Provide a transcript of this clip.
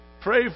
pray